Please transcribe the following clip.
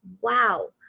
wow